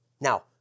Now